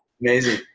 amazing